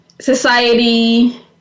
society